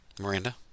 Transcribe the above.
Miranda